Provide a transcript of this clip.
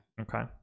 Okay